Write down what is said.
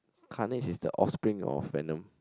Carnage is the offspring of Venom